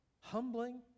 humbling